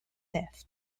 theft